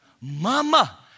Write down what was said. Mama